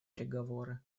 переговоры